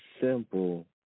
simple